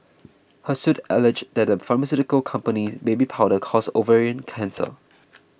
her suit alleges that the pharmaceutical company's baby powder causes ovarian cancer